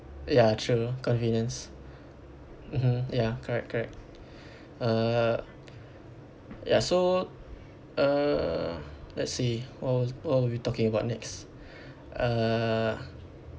ya true convenience mmhmm ya correct correct uh ya so uh let's see what were what were we talking about next uh